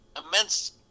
immense